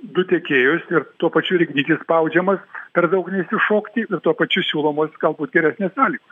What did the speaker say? du tiekėjus ir tuo pačiu ir ignitis spaudžiamas per daug neišsišokti ir tuo pačiu siūlomos galbūt geresnės sąlygo